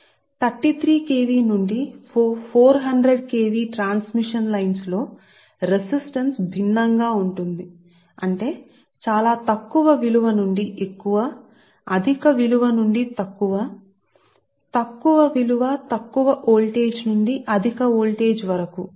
33 KV నుండి 400 KV transmission లైన్లలో reactance resistance విషయం లో రెసిస్టెన్స్ భిన్నం గా ఉంటుందని చెప్తారు అవి పూర్తిగా భిన్నం గా ఉంటాయి అంటే నా ఉద్దేశం లో చాలా తక్కువ విలువ నుండి ఎక్కువ అధిక విలువ నుండి తక్కువ తక్కువ విలువ తక్కువ వోల్టేజ్ నుండి అధిక వోల్టేజ్ వరకు